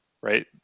Right